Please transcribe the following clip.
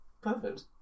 Perfect